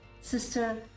Sister